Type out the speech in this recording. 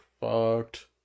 fucked